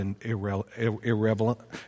irrelevant